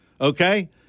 Okay